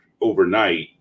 overnight